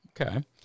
Okay